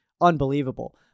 unbelievable